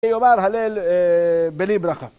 ויאמר הלל בלי ברכה.